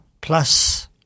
plus